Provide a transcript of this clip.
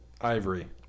Ivory